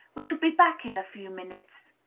we shall be back in a few minutes.